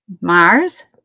Mars